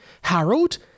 Harold